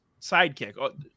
sidekick